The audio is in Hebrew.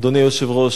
אדוני היושב-ראש,